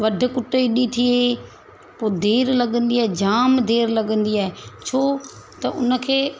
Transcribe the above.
वधि कुट एॾी थी पोइ देरि लॻंदी आहे जाम देरि लॻंदी आहे छो त उनखे